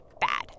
bad